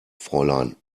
fräulein